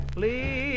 Please